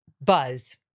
buzz